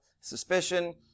suspicion